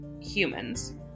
humans